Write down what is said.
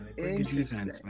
Interesting